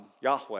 Yahweh